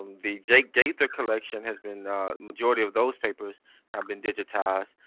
the jake gaither collection has been. the majority of those papers have been digitized.